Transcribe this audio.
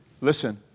listen